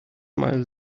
mal